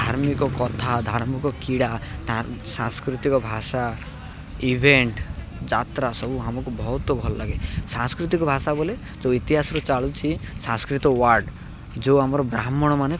ଧାର୍ମିକ କଥା ଧାର୍ମିକ କ୍ରୀଡ଼ା ସାଂସ୍କୃତିକ ଭାଷା ଇଭେଣ୍ଟ ଯାତ୍ରା ସବୁ ଆମକୁ ବହୁତ ଭଲ ଲାଗେ ସାଂସ୍କୃତିକ ଭାଷା ବୋଲେ ଯେଉଁ ଇତିହାସକୁ ଚାଳୁଛି ସାଂସ୍କୃତ ୱାର୍ଡ଼ ଯେଉଁ ଆମର ବ୍ରାହ୍ମଣମାନେ